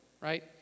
right